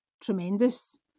tremendous